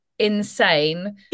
insane